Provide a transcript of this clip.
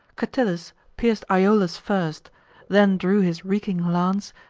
catillus pierc'd iolas first then drew his reeking lance,